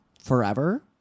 forever